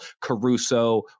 Caruso